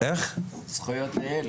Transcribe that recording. זכויות הילד.